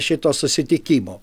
šito susitikimo